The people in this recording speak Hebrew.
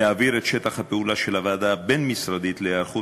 להעביר את שטח הפעולה של הוועדה הבין-משרדית להיערכות